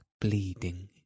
bleeding